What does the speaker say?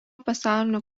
pasaulinio